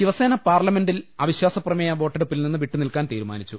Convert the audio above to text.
ശിവസേന പാർലമെന്റിൽ അവിശ്വാസ പ്രമേയ വോട്ടെടുപ്പിൽ നിന്ന് വിട്ടു നിൽക്കാൻ തീരുമാനിച്ചു